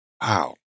Wow